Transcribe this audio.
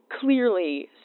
clearly